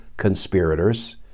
conspirators